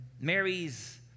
Mary's